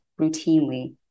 routinely